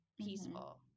peaceful